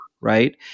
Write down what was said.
right